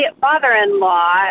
father-in-law